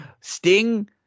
Sting